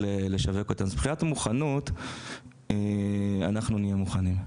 לשווק אותה מבחינת מוכנות אנחנו נהיה מוכנים.